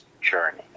journey